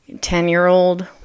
ten-year-old